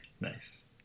Nice